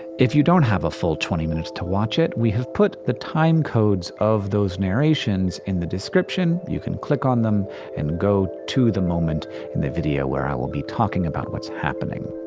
if you don't have a full twenty minutes to watch it, we have put the time codes of those narrations in the description. you can click on them and go to the moment in the video where i will be talking about what's happening.